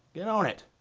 get one it.